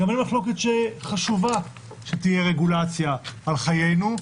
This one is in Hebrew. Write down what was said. גם אין מחלוקת חשובה שתהיה רגולציה על חיינו,